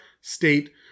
state